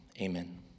amen